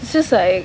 it's just like